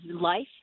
life